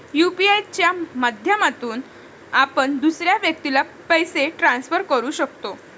UPI च्या माध्यमातून आपण दुसऱ्या व्यक्तीला पैसे ट्रान्सफर करू शकतो